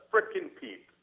working p